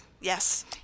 Yes